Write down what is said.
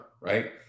right